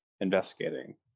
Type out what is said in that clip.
investigating